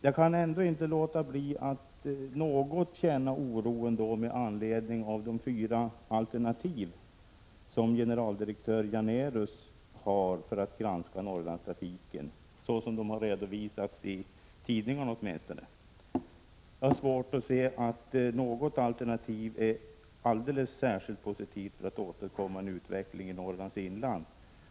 Jag kan dock inte underlåta att ändå känna oro med anledning av de fyra alternativ som generaldirektör Janérus har när det gäller att granska Norrlandstrafiken, åtminstone så som de har redovisats i tidningarna. Jag har svårt att se att något alternativ är särskilt positivt då det gäller att åstadkomma en utveckling i Norrlands inland.